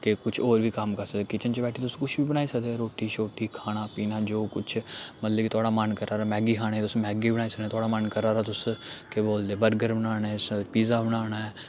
ते कुछ होर बी कम्म करी सकदे किचन च बैठियै तुस कुछ बी बनाई सकदे रुट्टी शोटी खाना पीना जो कुछ मतलब कि थुआढड़ा मन करा दा मैगी खाने तुस मैगी बी बनाई सकनेुआढड़ा मन करा तुस केह् बोलदे बर्गर बनाना पिज्जा बनाना ऐ